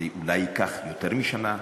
זה אולי ייקח יותר משנה,